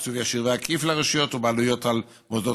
תקצוב ישיר ועקיף לרשויות ובעלויות על מוסדות